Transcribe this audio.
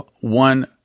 one